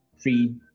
free